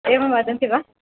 एवं वदन्ति वा